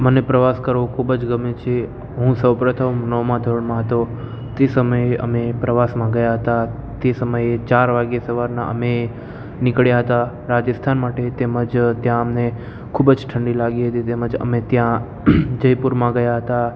મને પ્રવાસ કરવો ખૂબ જ ગમે છે હું સૌપ્રથમ નવમાં ધોરણમાં હતો તે સમયે અમે પ્રવાસમાં ગયા હતા તે સમયે ચાર વાગે સવારના અમે નીકળ્યા હતા રાજેસથાન માટે તેમજ ત્યાં અમને ખૂબ જ ઠંડી લાગી હતી તેમજ અમે ત્યાં જયપુરમાં ગયા હતા